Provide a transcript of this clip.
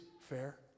fair